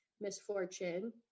misfortune